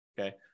okay